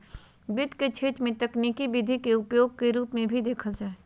वित्त के क्षेत्र में तकनीकी विधि के उपयोग के रूप में भी देखल जा हइ